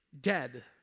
dead